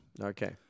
Okay